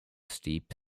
steep